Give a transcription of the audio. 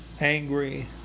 angry